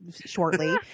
shortly